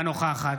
בעד יצחק קרויזר,